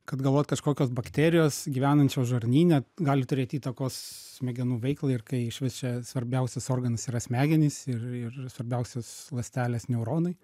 kad galvot kažkokios bakterijos gyvenančios žarnyne gali turėt įtakos smegenų veiklai ir kai išvis čia svarbiausias organas yra smegenys ir ir svarbiausios ląstelės neuronai